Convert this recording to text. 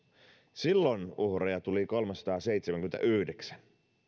silloin uhreja tuli kolmesataaseitsemänkymmentäyhdeksän